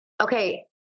Okay